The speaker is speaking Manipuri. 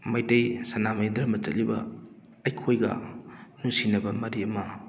ꯃꯩꯇꯩ ꯁꯅꯥꯃꯍꯤ ꯗꯔꯃ ꯆꯠꯂꯤꯕ ꯑꯩꯈꯣꯏꯒ ꯅꯨꯡꯁꯤꯅꯕ ꯃꯔꯤ ꯑꯃ